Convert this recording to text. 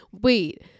Wait